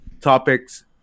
topics